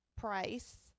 price